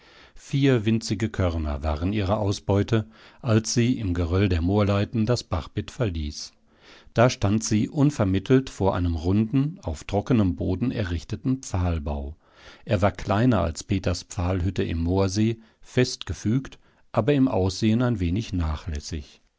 vier winzige körner waren ihre ausbeute als sie im geröll der moorleiten das bachbett verließ da stand sie unvermittelt vor einem runden auf trockenem boden errichteten pfahlbau er war kleiner als peters pfahlhütte im moorsee fest gefügt aber im aussehen ein wenig nachlässig